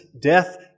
death